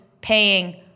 paying